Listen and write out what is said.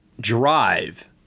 Drive